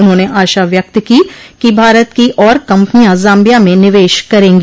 उन्होंने आशा व्यक्त की कि भारत की और कंपनियां जाम्बिया में निवेश करेंगी